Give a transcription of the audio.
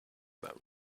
that